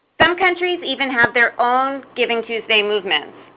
some countries even have their own givingtuesday movements,